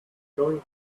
going